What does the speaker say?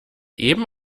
eben